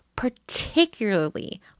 particularly